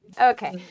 Okay